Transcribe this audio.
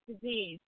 disease